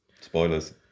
Spoilers